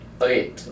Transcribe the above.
Okay